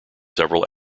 several